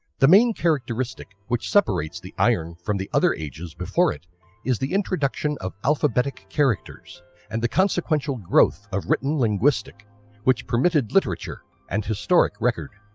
the main characteristic which separates the iron from the other ages before it is the introduction of alphabetic characters and the consequential growth of written linguistic which permitted literature and historic record.